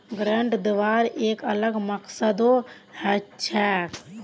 grant दिबार एक अलग मकसदो हछेक